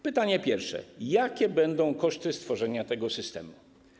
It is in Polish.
Pytanie pierwsze: Jakie będą koszty stworzenia tego systemu?